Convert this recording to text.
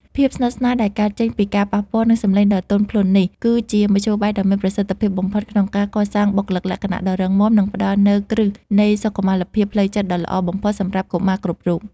ភាពស្និទ្ធស្នាលដែលកើតចេញពីការប៉ះពាល់ និងសំឡេងដ៏ទន់ភ្លន់នេះ គឺជាមធ្យោបាយដ៏មានប្រសិទ្ធភាពបំផុតក្នុងការកសាងបុគ្គលិកលក្ខណៈដ៏រឹងមាំ និងផ្ដល់នូវគ្រឹះនៃសុខុមាលភាពផ្លូវចិត្តដ៏ល្អបំផុតសម្រាប់កុមារគ្រប់រូប។